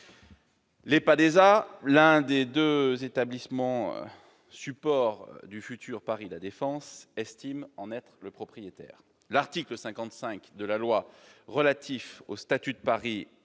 L'EPADESA, l'un des deux établissements support du futur Paris La Défense, estime qu'ils sont à lui. L'article 55 de la loi relative au statut de Paris